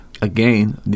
Again